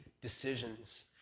decisions